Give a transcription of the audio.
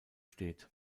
steht